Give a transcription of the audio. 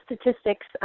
statistics